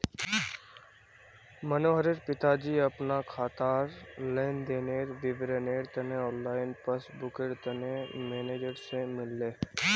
मनोहरेर पिताजी अपना खातार लेन देनेर विवरनेर तने ऑनलाइन पस्स्बूकर तने मेनेजर से मिलले